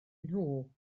nhw